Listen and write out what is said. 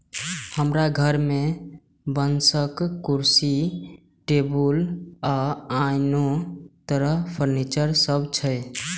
हमरा घर मे बांसक कुर्सी, टेबुल आ आनो तरह फर्नीचर सब छै